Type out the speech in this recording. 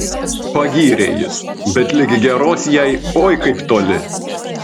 pagyrė jis bet lig geros jai oi kaip toli